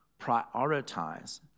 prioritize